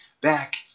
back